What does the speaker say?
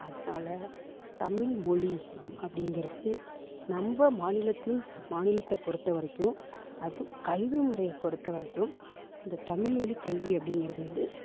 அதனால தமிழ் மொழி அப்படிங்கிறது நம்ப மாநிலத்தின் மாநிலத்தை பொறுத்த வரைக்கும் அதுவும் கல்வி முறையை பொறுத்த வரைக்கும் இந்த தமிழ் வழிக் கல்வி அப்படிங்கிறது வந்து